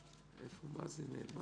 אם יש כאן כאלה שלא נדון בעניינם,